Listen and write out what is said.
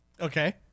Okay